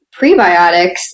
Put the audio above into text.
prebiotics